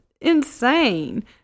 insane